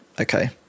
okay